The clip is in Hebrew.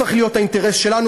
צריך להיות האינטרס שלנו,